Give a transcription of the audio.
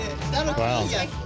Wow